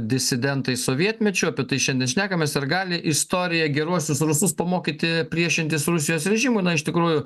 disidentai sovietmečiu apie tai šiandien šnekamės ar gali istorija geruosius rusus pamokyti priešintis rusijos režimui na iš tikrųjų